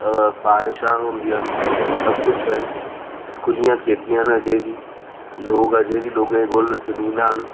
बारिशां होंदिया न सब किश ऐ खुह्ल्लियां खेत्तियां न अजें बी लोक अजें बी लोकें कोल जमीना न